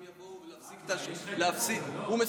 יבואו ולהפסיק ------ הוא מסכם.